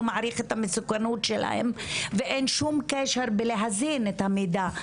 מעריך את המסוכנות שלהם ואין שום קשר בלהזין את המידע.